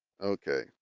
Okay